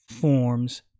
forms